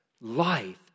life